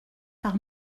par